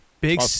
Big